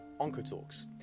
Oncotalks